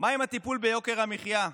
מה עם הטיפול ביוקר המחיה,